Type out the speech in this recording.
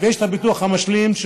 ויש את הביטוח המשלים,